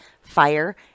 fire